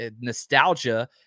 nostalgia